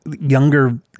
younger